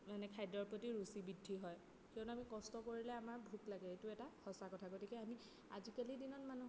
মানে খাদ্যৰ প্ৰতি ৰুচি বৃদ্ধি হয় কিয়নো আমি কষ্ট কৰিলে আমাৰ ভোক লাগে এইটো এটা সঁচা কথা গতিকে আমি আজিকালিৰ দিনত মানুহৰ